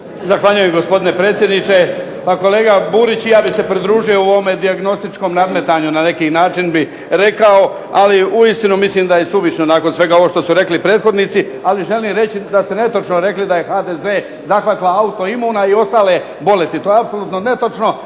Zahvaljujem gospodine predsjedniče. Pa kolega Burić i ja bih se pridružio u ovom dijagnostičkom nadmetanju na neki način bih rekao. Ali uistinu mislim da je suvišno nakon ovog svega što su rekli moji prethodnici. Ali želim reći da ste netočno rekli da je HDZ zahvatila autoimuna i ostale bolesti. To je apsolutno netočno.